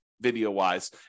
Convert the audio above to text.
video-wise